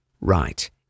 right